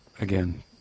again